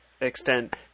extent